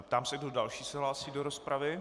Ptám se, kdo další se hlásí do rozpravy.